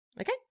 Okay